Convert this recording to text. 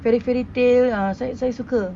fairy fairy tale ah saya suka